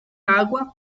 agua